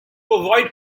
avoid